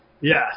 Yes